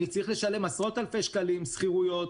אני צריך לשלם עשרות אלפי שקלים שכירויות,